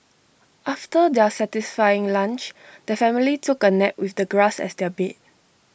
after their satisfying lunch the family took A nap with the grass as their bed